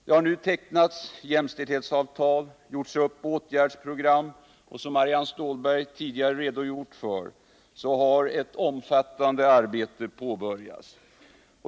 Det har nu tecknats jämställdhetsavtal och gjorts upp åtgärdsprogram, och som Marianne Stålberg tidigare redogjort för har ett omfattande arbete påbörjats.